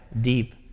deep